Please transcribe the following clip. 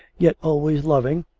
yet always loving,